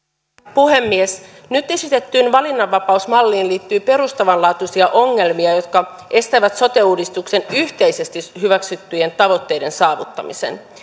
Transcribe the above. puhemies nyt esitettyyn valinnanvapausmalliin liittyy perustavanlaatuisia ongelmia jotka estävät sote uudistuksen yhteisesti hyväksyttyjen tavoitteiden saavuttamisen